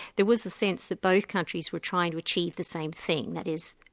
there was a sense that both countries were trying to achieve the same thing that is,